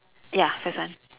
ya first one